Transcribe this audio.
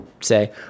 say